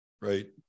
right